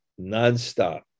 nonstop